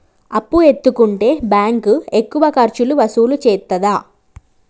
అప్పు ఎత్తుకుంటే బ్యాంకు ఎక్కువ ఖర్చులు వసూలు చేత్తదా?